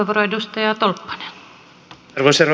arvoisa rouva puhemies